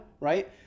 Right